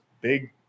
big